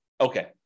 Okay